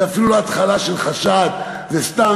זה אפילו לא התחלה של חשד, זה סתם.